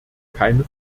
keine